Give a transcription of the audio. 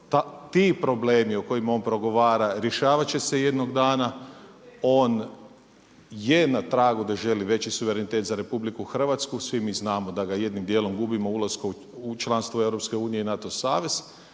Ti problemi o kojima on progovara rješavat će se jednog dana. On je na tragu da želi veći suverenitet za Republiku Hrvatsku, svi mi znamo da ga jednim dijelom gubimo ulaskom u članstvo EU i NATO savez.